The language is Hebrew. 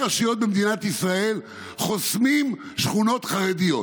ראשי רשויות במדינת ישראל חוסמים שכונות חרדיות.